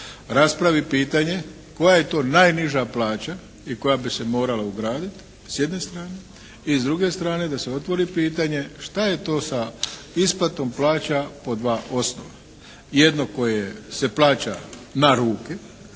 raspravi pitanje koja je to najniža plaća i koja bi se morala ugraditi s jedne strane, i s druge strane da se otvori pitanje šta je to sa isplatom plaća po dva osnova. Jedno koje se plaća na ruke,